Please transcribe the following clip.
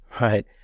right